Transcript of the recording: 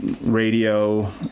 radio